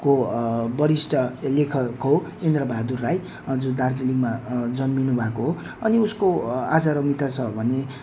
को वरिष्ठ लेखक हो इन्द्रबहादुर राई जो दार्जिलिङमा जन्मिनु भएको हो अनि उसको आज रमिता छ भन्ने